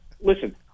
Listen